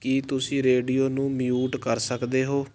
ਕੀ ਤੁਸੀਂ ਰੇਡੀਓ ਨੂੰ ਮਿਊਟ ਕਰ ਸਕਦੇ ਹੋ